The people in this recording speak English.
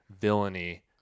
villainy